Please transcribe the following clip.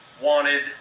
wanted